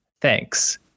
thanks